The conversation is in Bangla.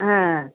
হ্যাঁ